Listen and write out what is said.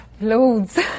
loads